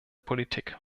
politik